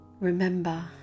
Remember